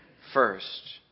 First